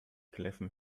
kläffen